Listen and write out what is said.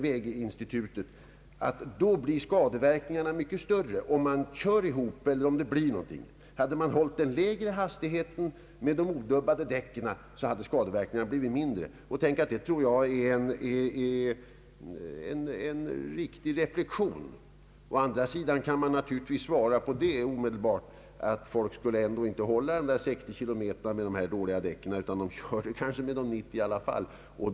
Väginstitutet säger att skadeverkningarna blir mycket större om en kollision inträffar vid den högre hastighe ten. Hade man hållit en lägre hastighet med odubbade däck, hade skadorna blivit mindre. Det tror jag är en riktig reflexion. Å andra sidan kan naturligtvis omedelbart svaras att folk ändå inte skulle hålla 60 kilometer i timmen med de odubbade däcken, utan skulle köra 90 kilometer i alla fall.